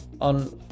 on